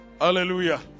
Hallelujah